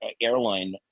airline